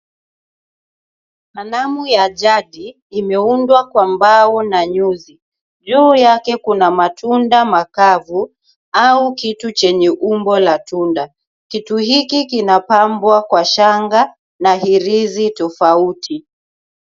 Kalamu ya jadi imeundwa kwa mbao na uzi. Juu yake kuna matunda makavu au kitu chenye umbo la tunda. Kitu hiki kinapambwa kwa shanga na hirizi tofauti.